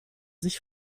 sich